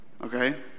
Okay